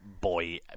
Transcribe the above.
Boy